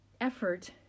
Effort